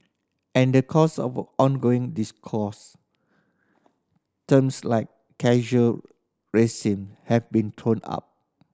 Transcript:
and in the course of ongoing discourse terms like casual racism have been thrown up